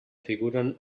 figuren